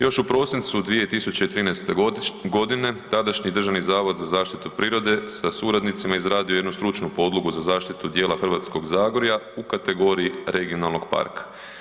Još u prosincu 2013. godine tadašnji Državni zavod za zaštitu prirode sa suradnicima izradio je jednu stručnu podlogu za zaštitu djela Hrvatskog zagorja u kategoriji regionalnog parka.